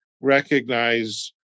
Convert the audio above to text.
recognize